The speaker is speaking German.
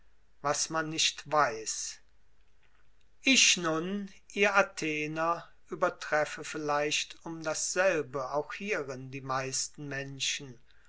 was man nicht weiß ich nun ihr athener übertreffe vielleicht um dasselbe auch hierin die meisten menschen